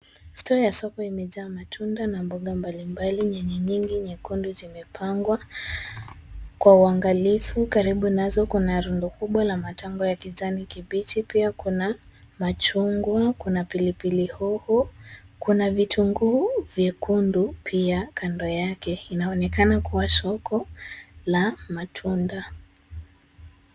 store ya soko imejaa matunda na mboga mbalimbali nyanya nyingi nyekundu zimepangwa kwa uangalifu karibu nazo kuna rundo kubwa la matambo ya kijani kibichi. Pia kuna machungwa, kuna pilipili hoho, kuna vitunguu vyekundu pia kando yake. Inaonekana kuwa soko ya matunda.